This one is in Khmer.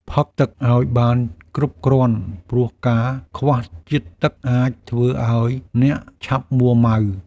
ផឹកទឹកឱ្យបានគ្រប់គ្រាន់ ព្រោះការខ្វះជាតិទឹកអាចធ្វើឱ្យអ្នកឆាប់មួម៉ៅ។